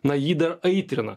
na jį dar aitrina